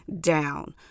down